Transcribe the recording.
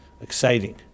exciting